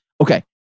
Okay